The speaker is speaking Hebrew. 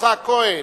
יצחק כהן,